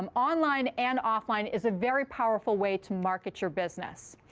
um online and offline, is a very powerful way to market your business.